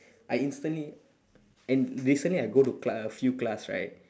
I instantly and recently I go to class a few class right